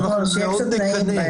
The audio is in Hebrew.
לצערנו,